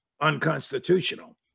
unconstitutional